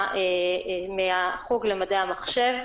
מהחוג למדעי המחשב,